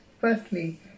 firstly